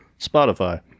Spotify